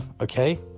okay